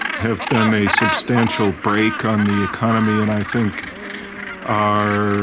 have been a substantial break on the economy and i think are